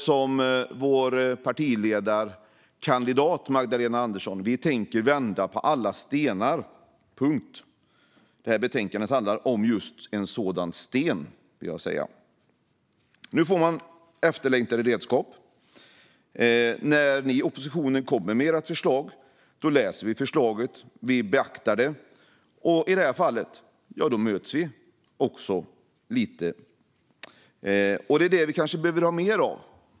Som vår partiledarkandidat Magdalena Andersson sa: Vi tänker vända på alla stenar. Det här betänkandet handlar om en sådan sten. Nu får polisen efterlängtade redskap. När ni i oppositionen kommer med ert förslag läser vi det och beaktar det, och i det här fallet möts vi också lite. Det här behöver vi kanske ha mer av.